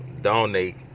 Donate